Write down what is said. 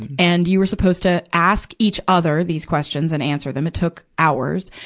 and you were supposed to ask each other these questions and answer them. it took hours,